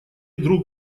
друг